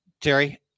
Terry